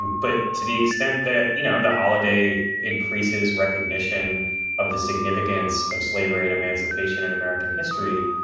but to the extent that, you know, the holiday increases recognition of the significance of slavery and emancipation in american history.